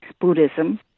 Buddhism